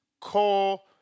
call